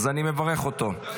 אז אני מברך אותו.